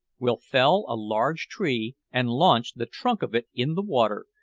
we'll fell a large tree and launch the trunk of it in the water,